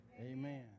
amen